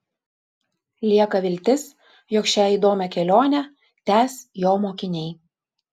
lieka viltis jog šią įdomią kelionę tęs jo mokiniai